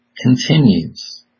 continues